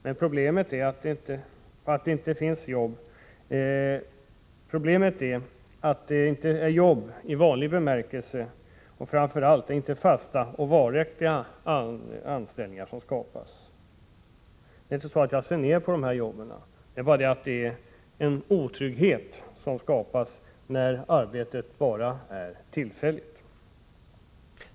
Det är inte så att jag ser ner på dessa jobb eller utbildningar, men problemet är att det inte är jobb i vanlig bemärkelse och framför allt, det är inte fasta och varaktiga anställningar som skapats.